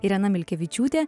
irena milkevičiūtė